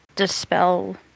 dispel